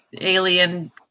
alien